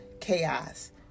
chaos